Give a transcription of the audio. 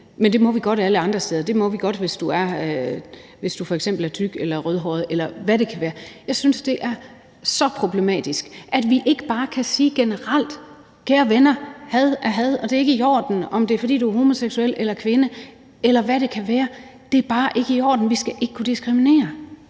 men det må man godt alle andre steder. Det må man godt, hvis du f.eks. er tyk eller rødhåret, eller hvad det kan være. Jeg synes, det er så problematisk, at vi ikke bare kan sige generelt: Kære venner, had er had, og det er ikke i orden. Om det er, fordi du er homoseksuel eller kvinde, eller hvad det kan være, er det bare ikke i orden. Vi skal ikke kunne diskriminere.